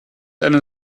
einen